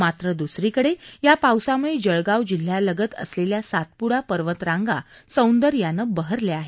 मात्र दुसरीकडे या पावसामुळे जळगाव जिल्ह्यालगत असलेल्या सातपूडा पर्वतरांगा सौंदर्यानं बहरल्या आहेत